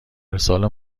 ارسال